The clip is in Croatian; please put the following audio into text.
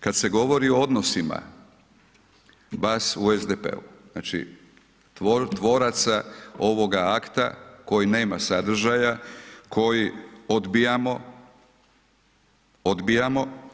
kad se govori o odnosima vas u SDP-u, znači tvoraca ovoga akta koji nema sadržaja, koji odbijamo, odbijamo.